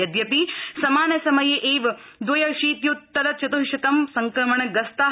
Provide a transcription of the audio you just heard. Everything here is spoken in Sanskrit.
यद्यपि समानसमये एव दव्यशीत्युत्तरचतु शतं संक्रमणग्रस्ता